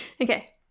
Okay